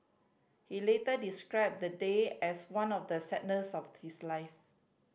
he later described the day as one of the of his life